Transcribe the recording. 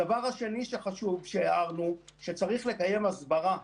הדבר השני שחשוב שהערנו הוא שצריך לקיים הסברה.